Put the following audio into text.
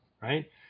right